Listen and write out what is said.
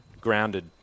grounded